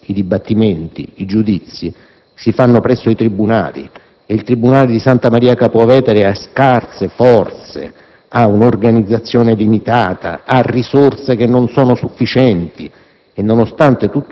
i processi, i dibattimenti, i giudizi si fanno presso i tribunali. E il tribunale di Santa Maria Capua Vetere ha scarse forze, ha un'organizzazione limitata, ha risorse non sufficienti